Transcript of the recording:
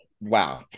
wow